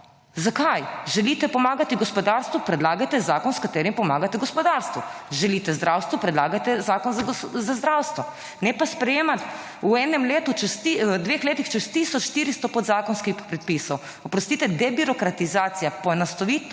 Zakaj? Želite pomagati gospodarstvu, predlagajte zakon s katerim pomagate gospodarstvu. Želite zdravstvu, predlagajte zakon za zdravstvo, ne pa sprejemati v enem letu, v dveh letih čez tisoč 400 podzakonskih predpisov. Oprostite, debirokratizacija, poenostavitev